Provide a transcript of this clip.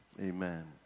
Amen